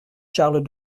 charles